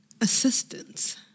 assistance